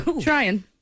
trying